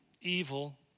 evil